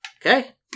Okay